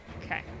Okay